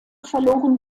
verloren